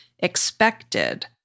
expected